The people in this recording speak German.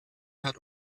hat